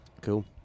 Cool